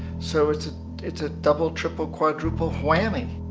so it's it's a double triple quadruple whammy!